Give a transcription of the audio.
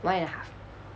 one and a half